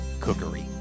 Cookery